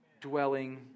dwelling